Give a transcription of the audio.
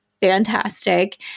fantastic